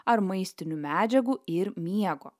ar maistinių medžiagų ir miego